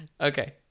Okay